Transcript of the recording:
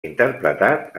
interpretat